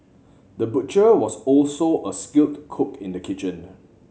the butcher was also a skilled cook in the kitchen